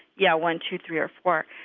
yeah, one, two, three or four?